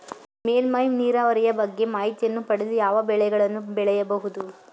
ಮೇಲ್ಮೈ ನೀರಾವರಿಯ ಬಗ್ಗೆ ಮಾಹಿತಿಯನ್ನು ಪಡೆದು ಯಾವ ಬೆಳೆಗಳನ್ನು ಬೆಳೆಯಬಹುದು?